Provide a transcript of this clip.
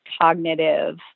cognitive